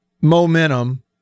momentum